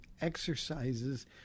exercises